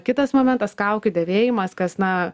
kitas momentas kaukių dėvėjimas kas na